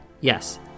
Yes